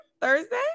Thursday